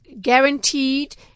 guaranteed